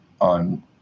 on